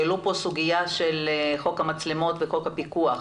העלו פה סוגיה של חוק המצלמות וחוק הפיקוח.